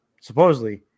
Supposedly